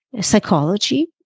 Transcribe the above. psychology